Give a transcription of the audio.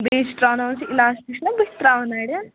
بیٚیِس چھِ ترٛاوناوٕنۍ سُہ اِلاسٹِک چھُنہ بٕتھِ ترٛاوَن نرٮ۪ن